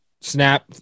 snap